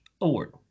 award